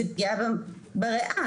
זה פגיעה גם בריאה,